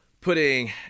putting